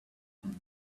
him